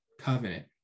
covenant